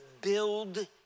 build